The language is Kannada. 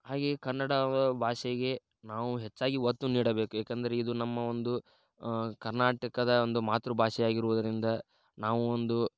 ಹಾಗೆಯೇ ಕನ್ನಡ ಭಾಷೆಗೆ ನಾವು ಹೆಚ್ಚಾಗಿ ಒತ್ತು ನೀಡಬೇಕು ಯಾಕಂದರೆ ಇದು ನಮ್ಮ ಒಂದು ಕರ್ನಾಟಕದ ಒಂದು ಮಾತೃ ಭಾಷೆಯಾಗಿರುವುದರಿಂದ ನಾವು ಒಂದು